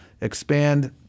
expand